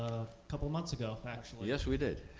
couple months ago actually. yes, we did.